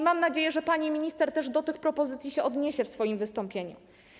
Mam nadzieję, że pani minister też do tych propozycji się odniesie w swoim wystąpieniu.